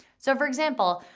so, for example,